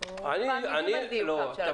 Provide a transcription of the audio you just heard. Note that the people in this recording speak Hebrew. אנחנו --- לא.